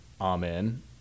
amen